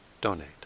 donate